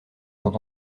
sont